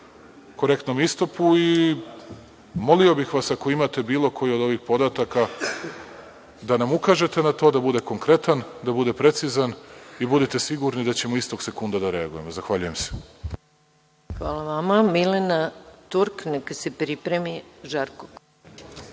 korektnom istupu i molio bih vas, ako imate bilo koji od ovih podataka da nam ukažete na to, da bude konkretan, da bude precizan i budite sigurni da ćemo istog sekunda da reagujemo. Zahvaljujem se. **Maja Gojković** Hvala vama. Reč ima Milena Turk. Neka se pripremi Žarko